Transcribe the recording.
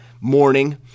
morning